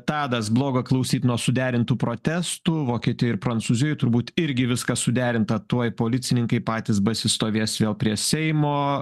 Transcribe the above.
tadas bloga klausyt nuo suderintų protestų vokietijoj ir prancūzijojoj turbūt irgi viskas suderinta tuoj policininkai patys basi stovės vėl prie seimo